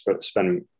spend